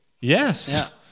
Yes